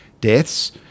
deaths